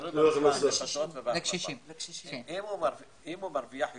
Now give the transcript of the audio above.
אם הוא מרוויח יותר,